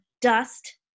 dust